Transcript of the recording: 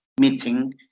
meeting